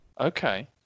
Okay